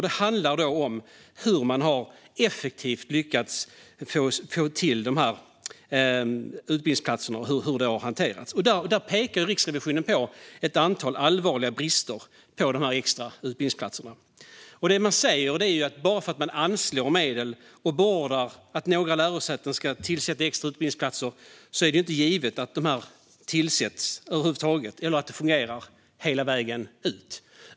Det handlar om hur effektivt man har lyckats få till dessa utbildningsplatser och hur det har hanterats. Där pekar Riksrevisionen på ett antal allvarliga brister gällande dessa extra utbildningsplatser. Riksrevisionen säger att det inte bara för att man anslår medel och beordrar att några lärosäten ska tillsätta extra utbildningsplatser är givet att de tillsätts över huvud taget eller att det fungerar hela vägen.